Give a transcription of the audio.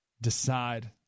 decide